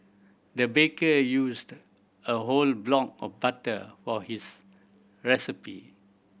the baker used a whole block of butter for his recipe